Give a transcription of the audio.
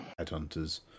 headhunters